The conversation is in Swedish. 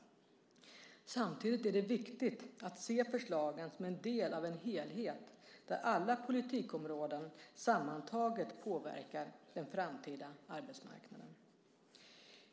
Samtidigt är det viktigt att se förslagen som en del av en helhet där alla politikområden sammantaget påverkar den framtida arbetsmarknaden.